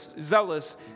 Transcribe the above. zealous